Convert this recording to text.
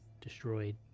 destroyed